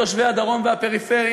תושבי הדרום והפריפריה,